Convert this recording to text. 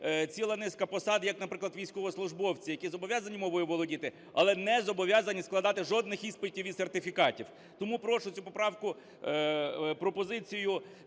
ціла низка посад, як, наприклад, військовослужбовці, які зобов'язані мовою володіти, але не зобов'язані складати жодних іспитів і сертифікатів. Тому прошу цю поправку, пропозицію